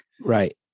Right